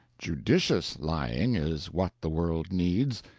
judicious lying is what the world needs.